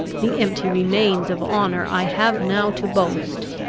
the empty remains of honour i have now to boast,